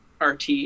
RT